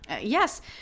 Yes